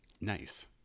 nice